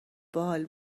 باحال